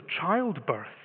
childbirth